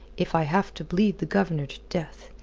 if i have to bleed the governor to death.